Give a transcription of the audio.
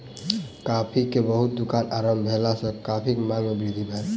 coffee के बहुत दुकान आरम्भ भेला सॅ कॉफ़ीक मांग में वृद्धि भेल